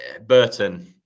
Burton